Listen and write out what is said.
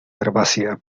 herbácea